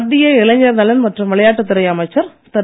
மத்திய இளைஞர் நலன் மற்றும் விளையாட்டுத் துறை அமைச்சர் திரு